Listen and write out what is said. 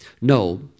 No